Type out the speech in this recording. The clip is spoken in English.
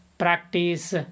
practice